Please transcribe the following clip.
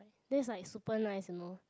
then is like super nice you know